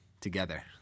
together